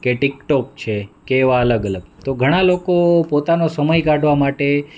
કે ટિકટોક છે કે એવાં અલગ અલગ તો ઘણાં લોકો પોતાનો સમય કાઢવા માટે